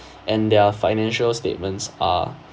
and their financial statements are